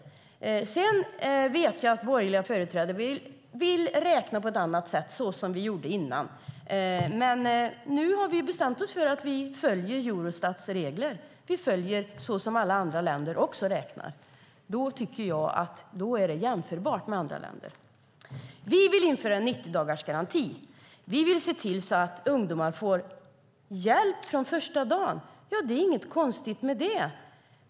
Sedan vet jag att borgerliga företrädare vill räkna på ett annat sätt, så som vi gjorde tidigare. Men nu har vi bestämt att vi ska följa Eurostats regler och räkna som alla andra länder gör. Då, menar jag, blir det jämförbart med andra länder. Vi vill införa 90-dagarsgaranti. Vi vill se till att ungdomar får hjälp från första dagen. Det är inget konstigt med det.